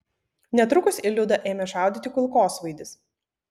netrukus į liudą ėmė šaudyti kulkosvaidis